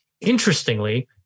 Interestingly